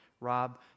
Rob